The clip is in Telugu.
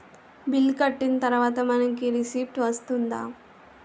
బిల్ కట్టిన తర్వాత మనకి రిసీప్ట్ వస్తుందా?